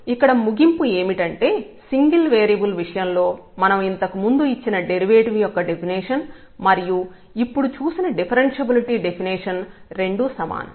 కాబట్టి ఇక్కడ ముగింపు ఏమిటంటే సింగిల్ వేరియబుల్ విషయంలో మనం ఇంతకు ముందు ఇచ్చిన డెరివేటివ్ యొక్క డెఫినిషన్ మరియు ఇప్పుడు చూసిన డిఫరెన్షబులిటీ డెఫినిషన్ రెండూ సమానం